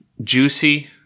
Juicy